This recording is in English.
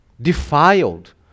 defiled